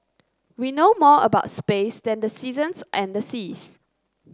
we know more about space than the seasons and the seas